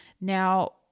Now